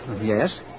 Yes